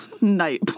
Night